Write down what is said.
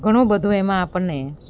ઘણું બધુ એમાં આપણને